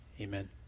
Amen